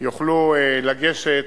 יוכלו לגשת,